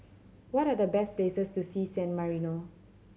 what are the best places to see San Marino